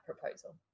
proposal